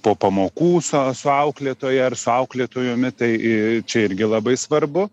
po pamokų su su auklėtoja ar su auklėtojumi tai čia irgi labai svarbu